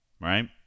Right